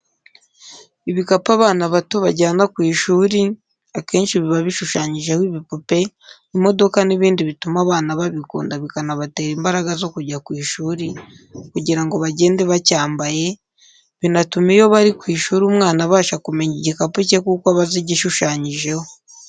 Ibikapu abana bato bajyana ku ishuri akeshi biba bishushanyijeho ibipupe, imodoka n'ibindi bituma abana babikunda bikanabatera imbaraga zo kujya ku ishuri kugira ngo bagende bacyambaye, binatuma iyo bari ku ishuri umwana abasha kumenya igikapu cye kuko aba azi igishushanyijeho.